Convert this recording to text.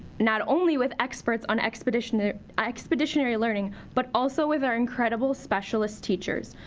not only with experts on expeditionary expeditionary learning. but also with our incredible specialist teachers.